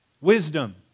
wisdom